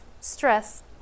stress